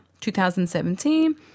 2017